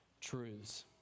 truths